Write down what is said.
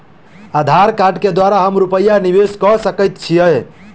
आधार कार्ड केँ द्वारा हम रूपया निवेश कऽ सकैत छीयै?